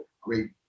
great